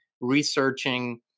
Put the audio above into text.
researching